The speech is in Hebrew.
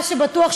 מה שבטוח,